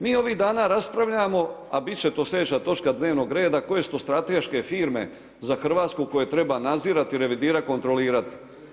Mi ovih dana raspravljamo a biti će to sljedeća točka dnevnog reda koje su to strateške firme za Hrvatsku koje treba nadzirati, revidirati, kontrolirati.